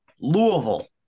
Louisville